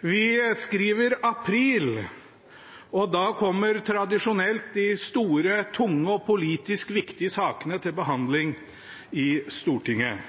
Vi skriver april, og da kommer tradisjonelt de store, tunge og politisk viktige sakene til behandling i Stortinget.